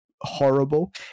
horrible